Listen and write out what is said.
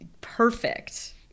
perfect